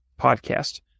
podcast